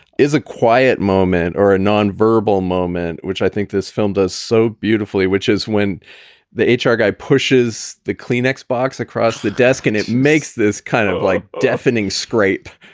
is a quiet moment or a nonverbal moment, which i think this film does so beautifully, which is when the h r. guy pushes the kleenex box across the desk and it makes this kind of like deafening scrape.